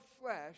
flesh